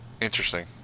Interesting